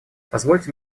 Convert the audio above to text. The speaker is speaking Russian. позвольте